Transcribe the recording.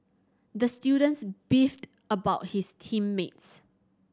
the student beefed about his team mates